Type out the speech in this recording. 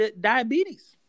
diabetes